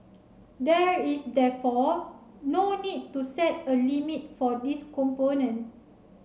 there is therefore no need to set a limit for this component